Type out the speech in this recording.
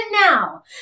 now